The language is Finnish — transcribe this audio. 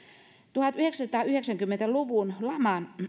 tuhatyhdeksänsataayhdeksänkymmentä luvun